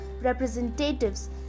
representatives